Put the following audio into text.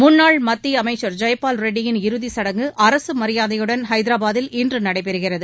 முன்னாள் மத்திய அமைச்சர் ஜெய்பால் ரெட்டியின் இறுதிச்சடங்கு அரசு மரியாதையுடன் ஹைதராபாதில் இன்று நடைபெறுகிறது